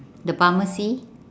the pharmacy